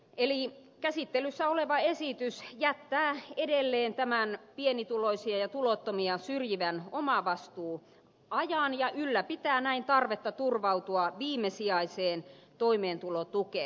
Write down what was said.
eli käsittelyssä oleva esitys jättää edelleen tämän pienituloisia ja tulottomia syrjivän omavastuuajan ja ylläpitää näin tarvetta turvautua viimesijaiseen toimeentulotukeen